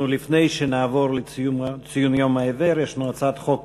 לפני שנעבור לציון יום העיוור, יש לנו הצעת חוק